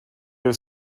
have